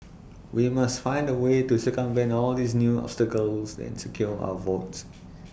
we must find A way to circumvent all these new obstacles and secure our votes